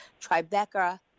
Tribeca